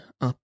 up